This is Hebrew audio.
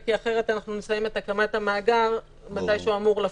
כי אחרת נסיים את הקמת המאגר מתי שהוא אמור לפוג.